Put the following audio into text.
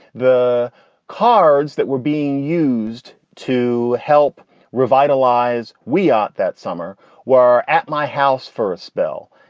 the cards that were being used to help revitalize we are that summer were at my house for a spell,